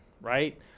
right